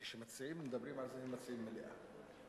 כשמציעים מדברים אז הם מציעים מליאה.